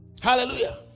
Hallelujah